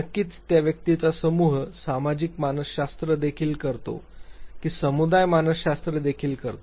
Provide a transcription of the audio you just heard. नक्कीच त्या व्यक्तीचा समूह सामाजिक मानसशास्त्र देखील करतो की समुदाय मानसशास्त्र देखील करतो